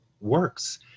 works